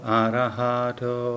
arahato